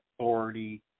authority